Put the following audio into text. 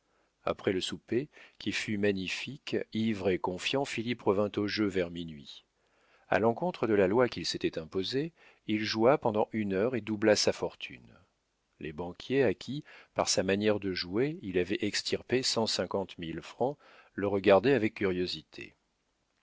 après le souper qui fut magnifique ivre et confiant philippe revint au jeu vers minuit a l'encontre de la loi qu'il s'était imposée il joua pendant une heure et doubla sa fortune les banquiers à qui par sa manière de jouer il avait extirpé cent cinquante mille francs le regardaient avec curiosité